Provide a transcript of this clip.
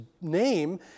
name